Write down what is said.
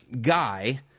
guy